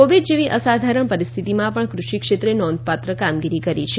Covid જેવી અસાધારણ પરિસ્થિતિમાં પણ કૃષિ ક્ષેત્ર નોંધપાત્ર કામગીરી કરી છે